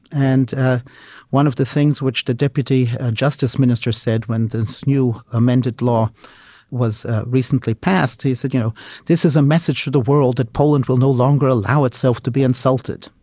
and ah one of the things which the deputy justice minister said when this new amended law was recently passed, he said you know this is a message to the world that poland will no longer allow itself to be insulted.